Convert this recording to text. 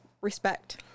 respect